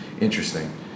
interesting